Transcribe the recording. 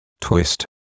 twist